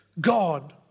God